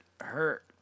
hurt